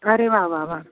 अरे वा वा वा